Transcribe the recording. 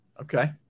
Okay